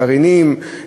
גרעיניים,